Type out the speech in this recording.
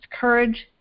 courage